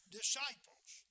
disciples